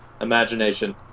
Imagination